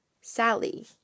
Sally